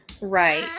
right